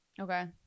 Okay